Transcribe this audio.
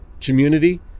community